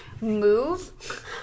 move